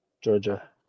Georgia